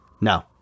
No